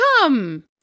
come